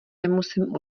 nemusím